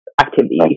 activities